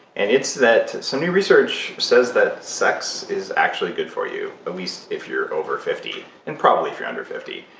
and it's that some new research says that sex is actually good for you, at least if you're over fifty, and probably if you're under fifty.